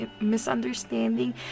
misunderstanding